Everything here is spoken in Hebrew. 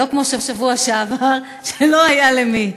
לא כמו בשבוע שעבר שלא היה למי.